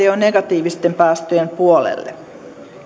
jo negatiivisten päästöjen puolelle